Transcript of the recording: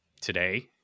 today